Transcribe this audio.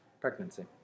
pregnancy